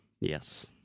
Yes